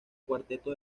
cuarteto